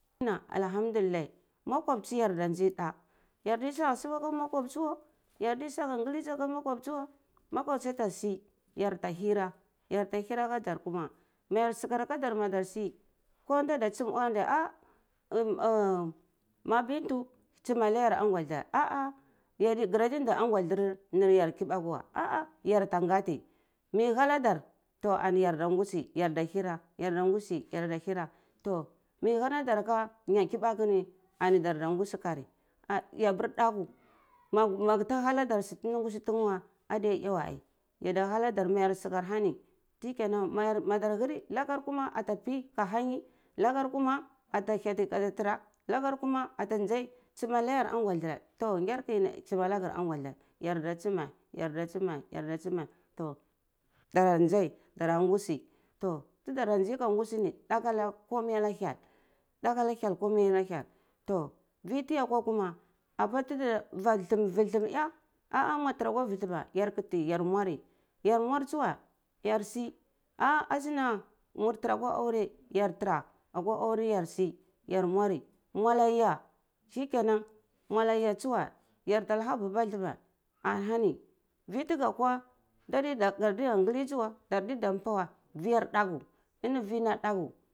Alhamdulillahi makwaptchi yar da nzi da yar diy saga suwa aka mwakwapchi weh yar di saga ngalizi aka mwakwapchi weh mwakwapchi ata si har ta hira yar ta hira akar dar kuma mayar sukar akar dar madar si ko nda da ah tsumeh anayar angweleh yadi garadi ndi angwalehar kibaku weh ah ah yar ta gati to ani yar da ngusi yarda hira yarda ngusi yar da hira to meh hana dar aka nyar kibaku ni ani dar da ngusi kari a yapa ndaku maga tahanar da su tanda gusi wa ai adiya eh weh yada hanadar ma yei sukar ahani shikena madar hin lakar kuna ata pi ka hanyi lakar kuma ata neti ka tara lakar kuma at ndzai tsumeh nayan angwaleh ani ngar ki tsumeh naga angwaleh yar da tsumeh yar da tsumeh yarda tsumeh to dar ndzai dar da ngusi to tara da nzai ka kosi ni thaku ana komai ana hyel daku ana hyel komai ana hyel toh vi tiyakwa kona apa ma var thue thume ye apir mwa thira akwa viur thume mur muri yar mwar tsuweh yar si ah ashinah mur tara akwa aure yar tara akwa aure ya si za mwari mwala ya shikenan mwala ya tsuwe yar ta laha vubeh thumeh ana hana viti ga kwa ndar diya ngalizi weh dar diya ta mba weh viya daku ini vi nam daku.